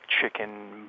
chicken